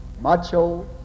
Macho